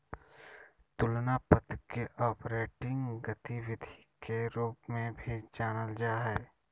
तुलना पत्र के ऑपरेटिंग गतिविधि के रूप में भी जानल जा हइ